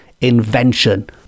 invention